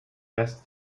best